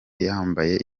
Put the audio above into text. yambaye